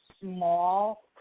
small